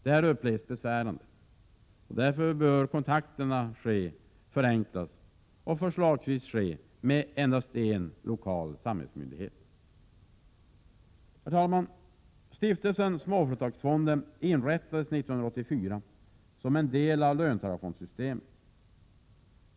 Detta upplevs som besvärande. Därför bör kontakterna förenklas och förslagsvis endast ske med en lokal samhällsmyndighet. Herr talman! Stiftelsen Småföretagsfonden inrättades 1984 som en del av löntagarfondssystemet.